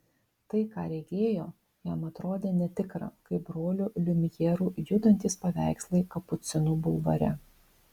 tai ką regėjo jam atrodė netikra kaip brolių liumjerų judantys paveikslai kapucinų bulvare